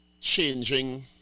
changing